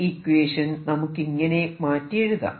ഈ ഇക്വേഷൻ നമുക്ക് ഇങ്ങനെ മാറ്റി എഴുതാം